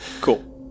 cool